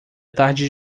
tarde